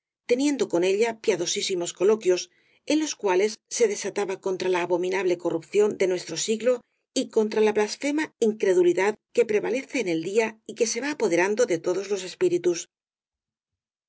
teniendo con ella piadosísimos coloquios en los cuales se desataba contra la abominable co rrupción de nuestro siglo y contra la blasfema in credulidad que prevalece en el día y que se va apo derando de todos los espíritus